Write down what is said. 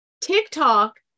TikTok